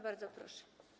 Bardzo proszę.